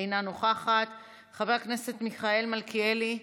אינה נוכחת, חבר הכנסת מיכאל מלכיאלי,